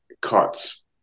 cuts